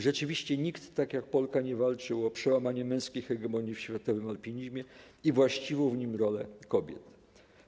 Rzeczywiście, nikt tak jak Polka nie walczył o przełamanie męskiej hegemonii w światowym alpinizmie i właściwą w nim rolę kobiet.